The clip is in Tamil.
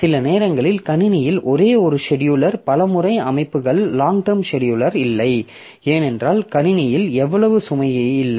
சில நேரங்களில் கணினியில் ஒரே ஒரு செடியூலர் பல முறை பல அமைப்புகள் லாங் டெர்ம் செடியூலர் இல்லை ஏனென்றால் கணினியில் அவ்வளவு சுமை இல்லை